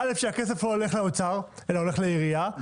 שהכסף הולך לא לאוצר אלא לעירייה,